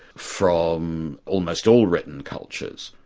from almost all written cultures,